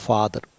Father